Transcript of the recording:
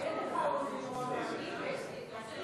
רגע.